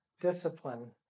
discipline